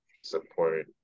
support